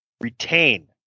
retain